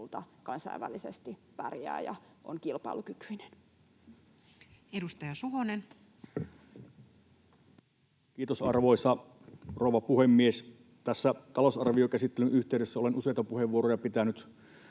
kansainvälisesti pärjää ja on kilpailukykyinen. Edustaja Suhonen. Kiitos, arvoisa rouva puhemies! Tässä talousarviokäsittelyn yhteydessä olen useita puheenvuoroja pitänyt